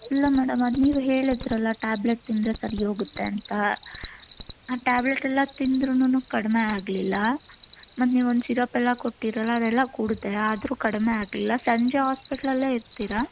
ಇಲ್ಲ ಮೇಡಮ್ ಅದು ನೀವೇ ಹೇಳಿದ್ರಲ್ಲ ಟ್ಯಾಬ್ಲೆಟ್ ತಿಂದರೆ ಸರಿ ಹೋಗುತ್ತೆ ಅಂತ ಆ ಟ್ಯಾಬ್ಲೆಟ್ ಎಲ್ಲ ತಿಂದ್ರುನು ಕಡಿಮೆ ಆಗಲಿಲ್ಲ ಮತ್ತೆ ನೀವು ಒಂದು ಸಿರಪ್ಪೆಲ್ಲ ಕೊಟ್ಟಿದ್ರಲ್ಲ ಅದೆಲ್ಲ ಕುಡಿದೆ ಆದರೂ ಕಡಿಮೆ ಆಗಲಿಲ್ಲ ಸಂಜೆ ಹಾಸ್ಪಿಟ್ಲಲ್ಲೇ ಇರ್ತೀರಾ